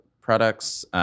products